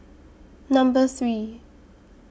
Number three